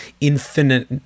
infinite